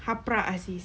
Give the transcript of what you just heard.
haprak ah sis